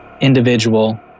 individual